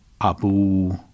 Abu